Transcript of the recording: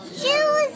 shoes